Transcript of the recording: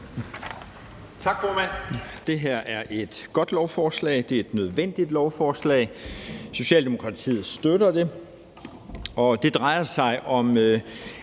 Tak, formand. Det her er et godt lovforslag, det er et nødvendigt lovforslag, og Socialdemokratiet støtter det. Det drejer sig om